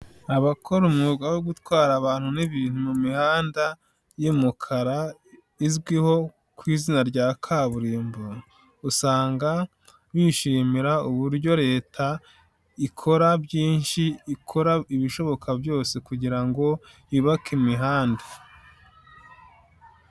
Abakora umwuga wo gutwara abantu n'ibintu mu mihanda y'umukara izwiho ku izina rya kaburimbo, usanga bishimira uburyo leta ikora byinshi ikora ibishoboka byose kugira ngo yubake imihanda.